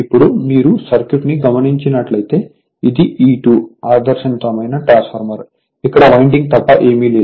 ఇప్పుడు మీరు సర్క్యూట్ ని గమనించినట్లైతే ఇది E2 ఆదర్శవంతమైన ట్రాన్స్ఫార్మర్ ఇక్కడ వైండింగ్ తప్ప ఏమీ లేదు